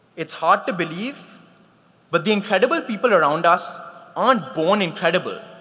it's hard to believe but the incredible people around us aren't born incredible.